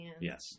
Yes